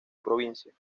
provincia